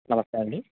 నమస్తే అండి